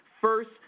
first